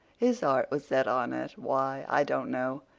his heart was set on it why, i don't know.